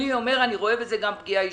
אני אומר שאני רואה בזה גם פגיעה אישית.